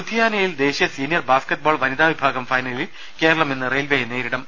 ലുധിയാനയിൽ ദേശീയ senior basketball വനിതാ വിഭാഗം ഫൈനലിൽ കേരളം ഇന്ന് റെയിൽവേയെ നേരിടും